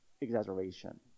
exaggeration